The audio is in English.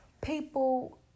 people